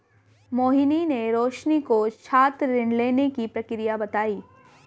मोहिनी ने रोशनी को छात्र ऋण लेने की प्रक्रिया बताई